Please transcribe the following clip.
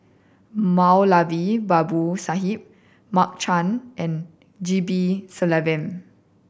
Moulavi Babu Sahib Mark Chan and G P Selvam